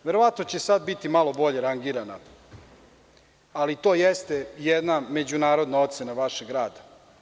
Verovatno će sada biti malo bolje rangirana, ali to jeste jedna međunarodna ocena vašeg rada.